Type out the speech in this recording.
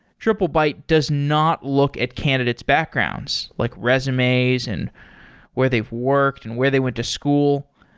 triplebyte does not look at candidate's backgrounds, like resumes and where they've worked and where they went to school.